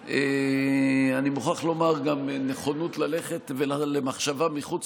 ואני מוכרח לומר שגם נכונות ללכת למחשבה מחוץ